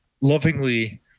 lovingly